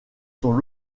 son